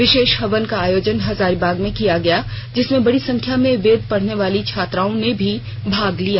विशेष हवन का आयोजन हजारीबाग में किया गया जिसमें बड़ी संख्या में वेद पढ़ने वाली छात्राओं ने भी भाग लिया